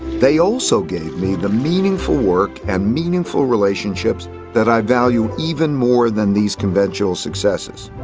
they also gave me the meaningful work and meaningful relationships that i value even more than these conventional successes.